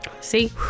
See